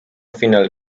final